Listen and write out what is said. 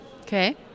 Okay